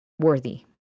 Worthy